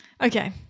Okay